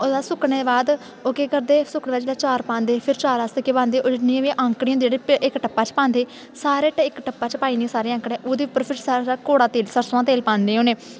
ओह् सुकड़ने दे बाद ओह् करदे फिर चा'र पांदे जिनियां बी औंकड़ियां होंदियां ते इक टप्पा च पांदे सारे ते इक टप्पा च पाई औड़नियां सारियां औंकड़ियां उ'दे पर कोड़ा तेल सरसों दा तेल पान्ने होन्ने